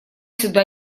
сюда